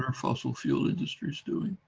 and fossil fuel industries doing?